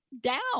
down